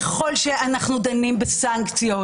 ככל שאנחנו דנים בסנקציות,